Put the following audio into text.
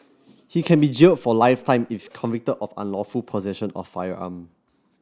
he can be jailed for life time if convicted of unlawful possession of a firearm